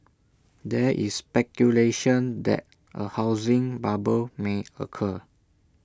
there is speculation that A housing bubble may occur